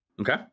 okay